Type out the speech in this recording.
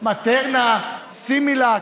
מטרנה, סימילאק.